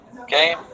okay